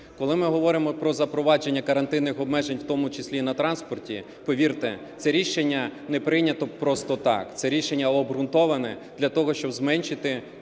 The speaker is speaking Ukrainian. Коли ми говоримо про запровадження карантинних обмежень у тому числі і на транспорті, повірте, це рішення не прийнято просто так. Це рішення обґрунтоване для того, щоб зменшити кількість